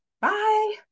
Bye